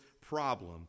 problem